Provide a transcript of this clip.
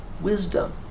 Wisdom